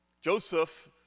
Joseph